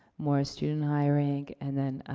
more student hiring, and then,